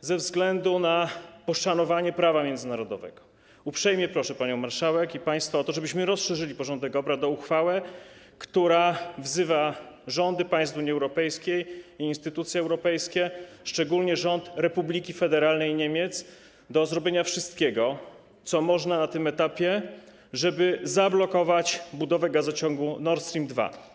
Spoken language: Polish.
ze względu na poszanowanie prawa międzynarodowego uprzejmie proszę panią marszałek i państwa o to, żebyśmy rozszerzyli porządek obrad o punkt dotyczący uchwały, która wzywa rządy państw Unii Europejskiej i instytucje europejskie, szczególnie rząd Republiki Federalnej Niemiec, do zrobienia wszystkiego, co można zrobić na tym etapie, żeby zablokować budowę gazociągu Nord Stream 2.